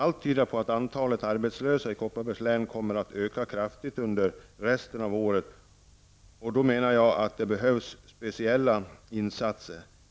Allt tyder på att antalet arbetslösa inom Kopparbergs län kommer att öka kraftigt under resten av året. Jag menar att det då behövs speciella insatser.